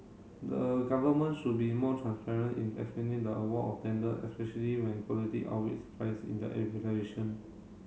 the government should be more transparent in explaining the award of tender especially when quality outweighs price in the